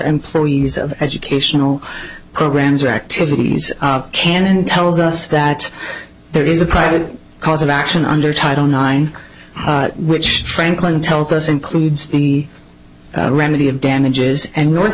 employees of educational programs or activities can and tells us that there is a private cause of action under title nine which franklin tells us includes the remedy of damages and north